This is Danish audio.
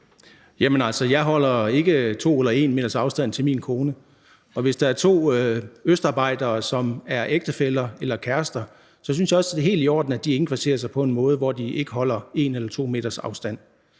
jeg holder ikke 2 eller 1 meters afstand til min kone. Og hvis der er to østarbejdere, som er ægtefæller eller kærester, synes jeg også, at det er helt i orden, at de indkvarterer sig på en måde, hvor de ikke holder 1 eller 2 meters afstand.